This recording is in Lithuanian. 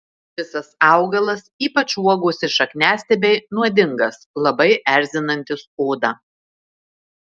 visas augalas ypač uogos ir šakniastiebiai nuodingas labai erzinantis odą